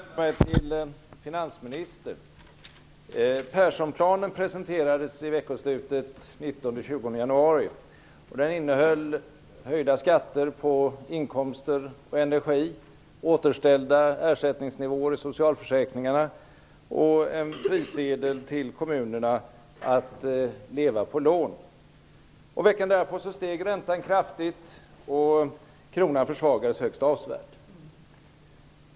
Herr talman! Jag skulle vilja vända mig till finansministern. Perssonplanen presenterades i veckoslutet den 19-20 januari. Den innehöll höjda skatter på inkomster och energi, återställda ersättningsnivåer i socialförsäkringarna och en frisedel till kommunerna att leva på lån. Veckan därpå steg räntan kraftigt och kronan försvagades högst avsevärt.